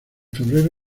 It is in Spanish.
febrero